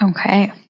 Okay